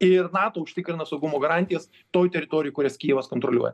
ir nato užtikrina saugumo garantijas toj teritorijoj kurias kijevas kontroliuoja